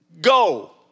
go